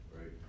Right